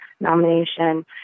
nomination